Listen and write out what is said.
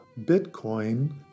Bitcoin